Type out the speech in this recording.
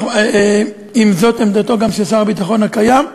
אם זאת עמדתו גם של שר הביטחון הקיים,